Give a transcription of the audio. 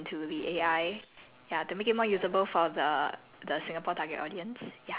we suggest you should add hokkien malay err chinese into the A_I